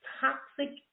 toxic